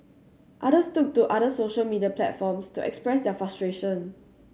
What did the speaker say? others took to other social media platforms to express their frustration